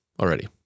already